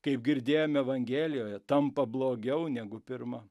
kaip girdėjome evangelijoje tampa blogiau negu pirma